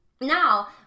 Now